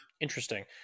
interesting